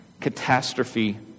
Catastrophe